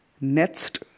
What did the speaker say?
next